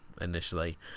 initially